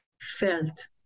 felt